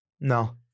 No